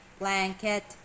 blanket